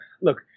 look